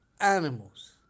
animals